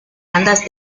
bandas